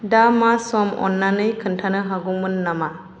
दा मा सम अननानै खोन्थानो हागौमोन नामा